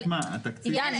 עידן,